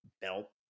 belt